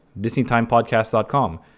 disneytimepodcast.com